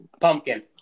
Pumpkin